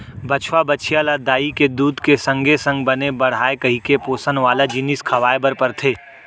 बछवा, बछिया ल दाई के दूद के संगे संग बने बाढ़य कइके पोसन वाला जिनिस खवाए बर परथे